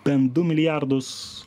bent du milijardus